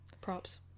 Props